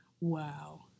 Wow